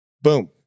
boom